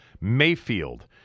Mayfield